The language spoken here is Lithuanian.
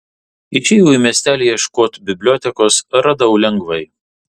išėjau į miestelį ieškot bibliotekos radau lengvai